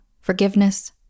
forgiveness